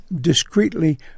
discreetly